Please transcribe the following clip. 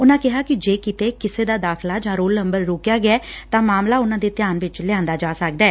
ਉਨਾਂ ਕਿਹਾ ਕਿ ਜੇ ਕਿਤੇ ਕਿਸੇ ਦਾ ਦਾਖ਼ਲਾ ਜਾ ਰੋਲ ਨੰਬਰ ਰੋਕਿਆ ਗਿਐ ਤਾ ਮਾਮਲਾ ਉਨੂਾ ਦੇ ਧਿਆਨ ਚ ਲਿਆਂਦਾ ਜਾ ਸਕਦੈ